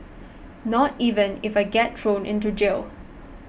not even if I get thrown into jail